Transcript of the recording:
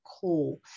call